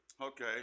Okay